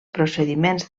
procediments